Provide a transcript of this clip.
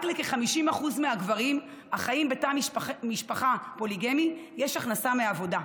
רק לכ-50% מהגברים החיים בתא משפחה פוליגמי יש הכנסה מעבודה.